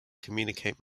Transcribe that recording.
communicate